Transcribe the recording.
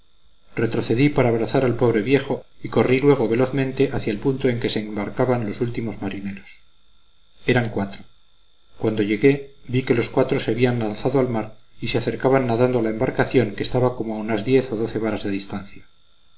retrocedí para abrazar al pobre viejo y corrí luego velozmente hacia el punto en que se embarcaban los últimos marineros eran cuatro cuando llegué vi que los cuatro se habían lanzado al mar y se acercaban nadando a la embarcación que estaba como a unas diez o doce varas de distancia